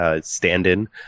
stand-in